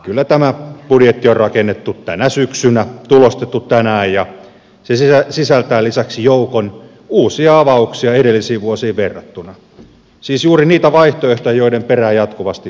kyllä tämä budjetti on rakennettu tänä syksynä tulostettu tänään ja se sisältää lisäksi joukon uusia avauksia edellisiin vuosiin verrattuna siis juuri niitä vaihtoehtoja joiden perään jatkuvasti tivataan